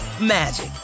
magic